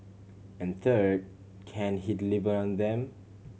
and third can he deliver on them